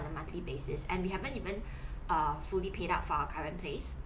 the monthly basis and we haven't even err fully paid up for our current place